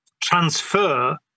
transfer